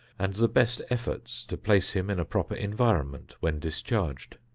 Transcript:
and the best efforts to place him in a proper environment when discharged.